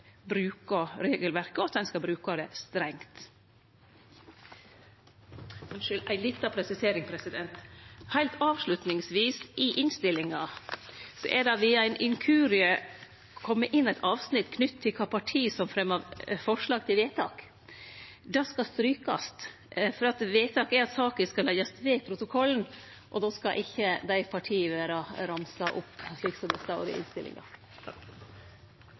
regelverket, og at ein skal bruke det strengt. Heilt avslutningsvis ei lita presisering: I innstillinga er det ved ein inkurie kome inn eit avsnitt knytt til kva parti som fremjar forslag til vedtak. Det skal strykast, for vedtaket er at saka skal leggjast ved protokollen, og då skal ikkje desse partia vere ramsa opp, slik det står i innstillinga. Da er det notert. Fra Arbeiderpartiets side er